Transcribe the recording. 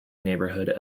neighborhood